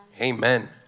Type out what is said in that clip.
Amen